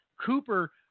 Cooper